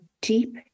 deep